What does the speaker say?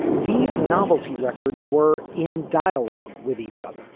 these novelty records were in dialogue with each other,